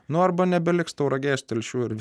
nuo arba nebeliks tauragės telšių ar